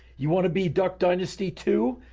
you want to be duck dynasty too?